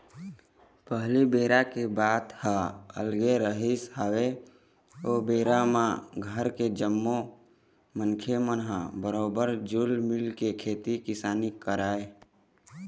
पहिली बेरा के बात ह अलगे रिहिस हवय ओ बेरा म घर के जम्मो मनखे मन ह बरोबर जुल मिलके खेती किसानी करय